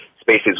spaces